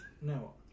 no